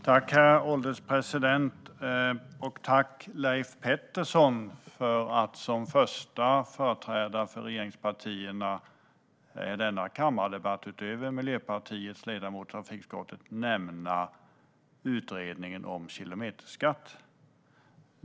Herr ålderspresident! Jag vill tacka Leif Pettersson för att han som första företrädare för regeringspartierna i denna kammardebatt, utöver Miljöpartiets ledamot i trafikutskottet, nämner utredningen om kilometerskatt.